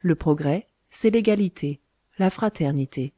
le progrès c'est l'égalité la fraternité